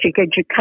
education